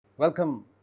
Welcome